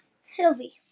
Sylvie